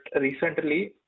recently